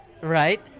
Right